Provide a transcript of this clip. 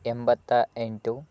ಎಂಬತ್ತ ಎಂಟು